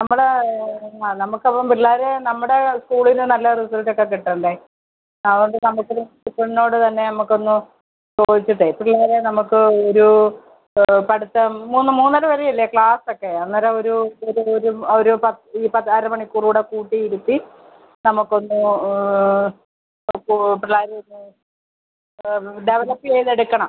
നമ്മൾ ആ നമുക്കപ്പം പിള്ളാർ നമ്മുടെ സ്കൂളിന് നല്ല റിസൾട്ടൊക്കെ കിട്ടേണ്ടേ അതുകൊണ്ട് നമ്മൾക്കിത് പ്രിൻസിപ്പാളിനോട് തന്നെ നമ്മൾക്കൊന്ന് ചോദിച്ചിട്ടേ പിള്ളേരെ നമുക്ക് ഒരു പഠിത്തം മൂന്ന് മൂന്നര വരെ അല്ലെങ്കിൽ ക്ലാസൊക്കെ അന്നേരം ഒരു ഒരു ഒരു ഒരു പത്ത് അരമണിക്കൂറുകൂടെ കൂട്ടി ഇരുത്തി നമുക്കൊന്നു അപ്പോൾ പിള്ളേരെയൊക്കെ ഡെവലപ്പ് ചെയ്തെടുക്കണം